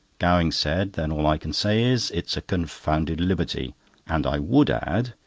gowing said then all i can say is, it's a confounded liberty and i would add,